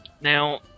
Now